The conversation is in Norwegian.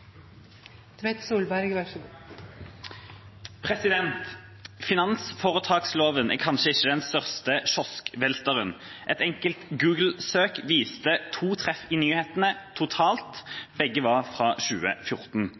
kanskje ikke den største kioskvelteren. Et enkelt Google-søk viste to treff i nyhetene totalt – begge var fra 2014.